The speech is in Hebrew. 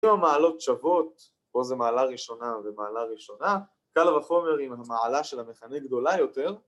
‫שתי המעלות שוות, ‫פה זה מעלה ראשונה ומעלה ראשונה, ‫קל וחומר אם המעלה ‫של המכנה גדולה יותר.